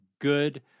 good